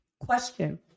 question